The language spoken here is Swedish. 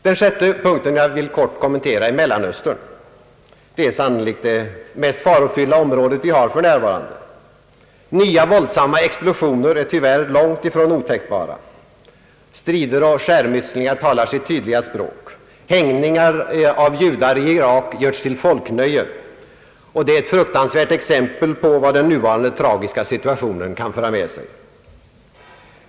Den sjätte punkten som jag vill kommentera är frågan om Mellanöstern, vilket sannolikt är det farligaste området i världen just nu. Nya våldsamma explosioner är tyvärr långt ifrån otänkbara. Strider och skärmytslingar talar sitt tydliga språk. Hängningar av judar i Irak görs till folknöje, och det är ett fruktansvärt exempel på vad den nuvarande tragiska situationen för med sig.